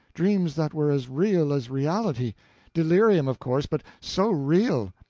dreams that were as real as reality delirium, of course, but so real!